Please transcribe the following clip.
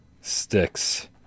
sticks